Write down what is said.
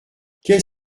qu’est